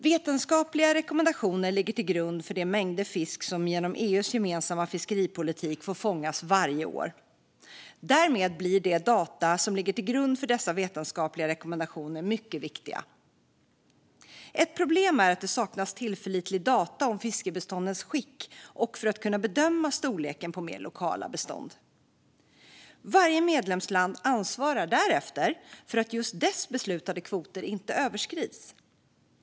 Vetenskapliga rekommendationer ligger till grund för de mängder fisk som genom EU:s gemensamma fiskeripolitik får fångas varje år. Därmed blir de data som ligger till grund för dessa vetenskapliga rekommendationer mycket viktiga. Ett problem är att det saknas tillförlitliga data om fiskbeståndens skick för att kunna bedöma storleken på mer lokala bestånd. Varje medlemsland ansvarar därefter för att just dess beslutade kvoter inte överskrids.